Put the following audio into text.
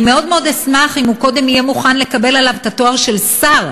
אני מאוד מאוד אשמח אם קודם הוא יהיה מוכן לקבל עליו את התואר של שר.